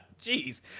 Jeez